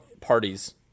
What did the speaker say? parties